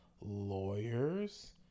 lawyers